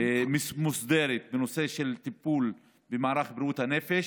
מוסדרת בנושא הטיפול במערך בריאות הנפש.